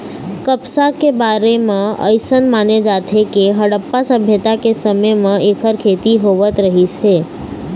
कपसा के बारे म अइसन माने जाथे के हड़प्पा सभ्यता के समे म एखर खेती होवत रहिस हे